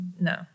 No